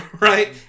right